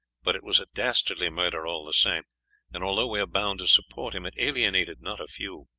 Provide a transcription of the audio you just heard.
but it was a dastardly murder all the same and although we are bound to support him, it alienated not a few.